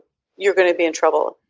you're going to be in trouble.